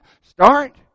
Start